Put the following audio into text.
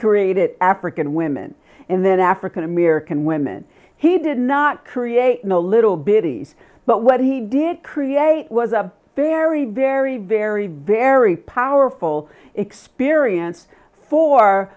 created african women and then african american women he did not create a little bit ease but what he did create was a very very very very powerful perience for